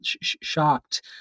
shocked